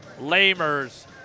Lamers